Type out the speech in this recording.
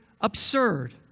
absurd